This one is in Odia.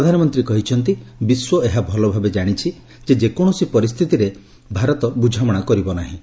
ପ୍ରଧାନମନ୍ତ୍ରୀ କହିଛନ୍ତି ବିଶ୍ୱ ଏହା ଭଲ ଭାବେ ଜାଣିଛି ଯେ କୌଣସି ପରିସ୍ଥିତିରେ ବୃଝାମଣା କରିବା ନାହିଁ